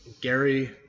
Gary